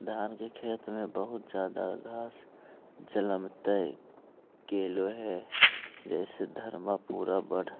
धान के खेत में बहुत ज्यादा घास जलमतइ गेले हे जेसे धनबा पुरा बढ़